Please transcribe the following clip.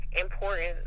important